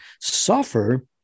suffer